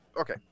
okay